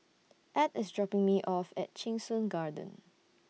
Edd IS dropping Me off At Cheng Soon Garden